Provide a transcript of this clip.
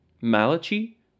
Malachi